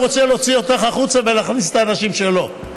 הוא רוצה להוציא אותך החוצה ולהכניס את האנשים שלו.